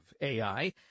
AI